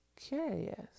curious